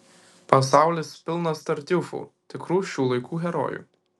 pasaulis pilnas tartiufų tikrų šių laikų herojų